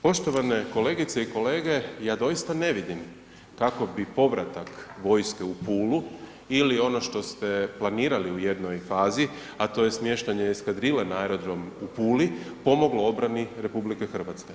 Poštovane kolegice i kolege, ja doista ne vidim kako bi povratak vojske u Pulu ili ono što ste planirali u jednoj fazi, a to je smještanje eskadrile na aerodrom u Puli, pomoglo obrani RH.